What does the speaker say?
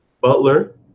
Butler